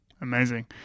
Amazing